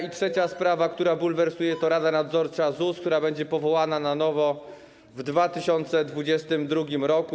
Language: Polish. I trzecia sprawa, która bulwersuje, to rada nadzorcza ZUS, która będzie powołana na nowo w 2022 r.